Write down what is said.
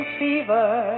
fever